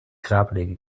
grablege